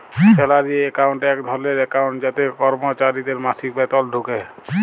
salary account এক ধরলের account যাতে করমচারিদের মাসিক বেতল ঢুকে